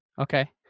Okay